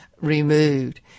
removed